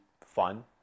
fun